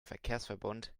verkehrsverbund